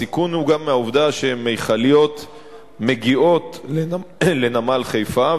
הסיכון הוא גם מהעובדה שמכליות מגיעות לנמל חיפה,